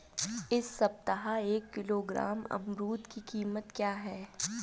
इस सप्ताह एक किलोग्राम अमरूद की कीमत क्या है?